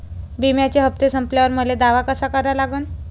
बिम्याचे हप्ते संपल्यावर मले दावा कसा करा लागन?